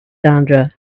sandra